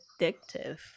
addictive